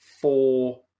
four